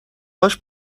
هاش